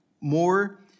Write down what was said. more